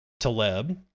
Taleb